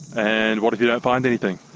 and what if you don't find anything?